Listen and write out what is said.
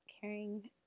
caring